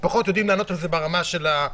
פחות יודעים לענות על זה ברמת הדברור.